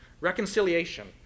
Reconciliation